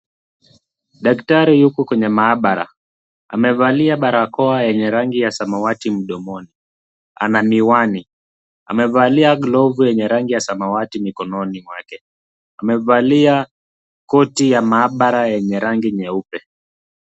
Daktari yuko kwenye maabara. Amevalia barakoa yenye rangi ya samawati mdomoni. Ana miwani, amevalia glovu yenye rangi ya samawati mikononi wake. Amevalia koti ya maabara yenye rangi nyeupe.